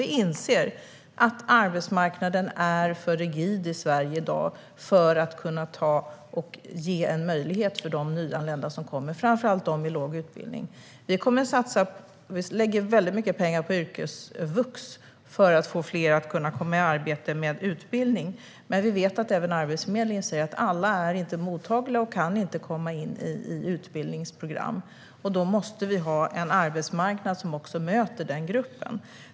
Vi inser att arbetsmarknaden är för rigid i Sverige i dag för att kunna ge en möjlighet för de nyanlända, framför allt de med låg utbildning. Vi lägger mycket pengar på yrkesvux för att få fler att kunna komma i arbete med hjälp av utbildning. Men vi vet att även Arbetsförmedlingen säger att alla inte är mottagliga och inte kan komma in i utbildningsprogram. Då måste vi ha en arbetsmarknad som också möter den gruppen.